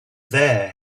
there